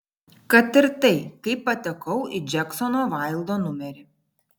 kad ir tai kaip patekau į džeksono vaildo numerį